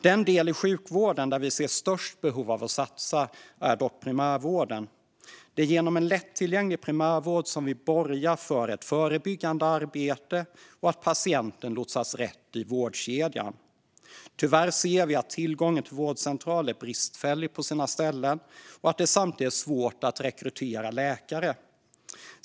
Den del av sjukvården där vi ser störst behov av att satsa är dock primärvården. Det är genom en lättillgänglig primärvård som man borgar för ett förebyggande arbete och för att patienten lotsas rätt i vårdkedjan. Tyvärr ser vi att tillgången till vårdcentraler är bristfällig på sina ställen och att det samtidigt är svårt att rekrytera läkare.